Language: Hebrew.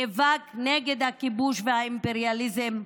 נאבק נגד הכיבוש והאימפריאליזם,